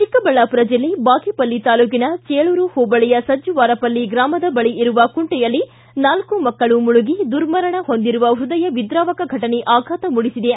ಚಿಕ್ಕಬಳ್ಳಾಪುರ ಜಿಲ್ಲೆ ಬಾಗೇಪಲ್ಲಿ ತಾಲ್ಲೂಕಿನ ಜೇಳೂರು ಹೋಬಳಿಯ ಸಜ್ಜುವಾರಪಲ್ಲಿ ಗ್ರಾಮದ ಬಳಿ ಇರುವ ಕುಂಟೆಯಲ್ಲಿ ನಾಲ್ಕು ಮಕ್ಕಳು ಮುಳುಗಿ ದುರ್ಮರಣ ಹೊಂದಿರುವ ಪೃದಯ ವಿದ್ರಾವಕ ಘಟನೆ ಆಘಾತ ಮೂಡಿಸಿದೆ